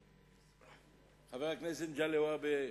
חבר הכנסת מגלי והבה,